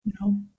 No